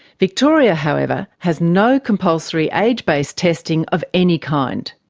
victoria, however, has no compulsory age-based testing of any kind.